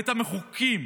בית המחוקקים,